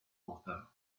author